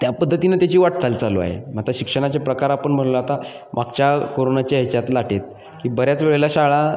त्या पद्धतीनं त्याची वाट चाल चालू आहे मग आता शिक्षणाचे प्रकार आपण म्हणलं आता मागच्या कोरोनाच्या ह्याच्यात लाटेत की बऱ्याच वेळेला शाळा